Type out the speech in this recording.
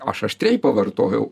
aš aštriai pavartojau